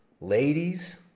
Ladies